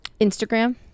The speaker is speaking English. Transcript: Instagram